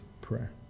prayer